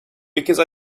because